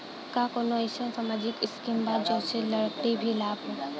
का कौनौ अईसन सामाजिक स्किम बा जौने से लड़की के लाभ हो?